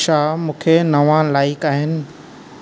छा मूंखे नवां लाइक आहिनि